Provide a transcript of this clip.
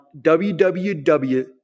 www